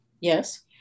Yes